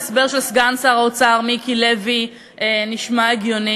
ההסבר של סגן שר האוצר מיקי לוי נשמע הגיוני.